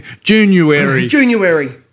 January